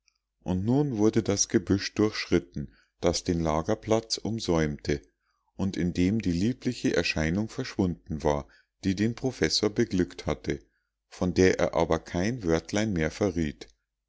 und nun wurde das gebüsch durchschritten das den lagerplatz umsäumte und in dem die liebliche erscheinung verschwunden war die den professor beglückt hatte von der er aber kein wörtlein mehr verriet